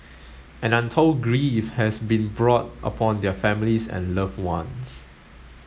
and untold grief has been brought upon their families and loved ones